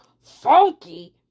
funky